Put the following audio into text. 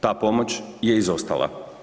Ta pomoć je izostala.